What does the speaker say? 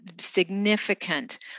significant